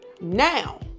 Now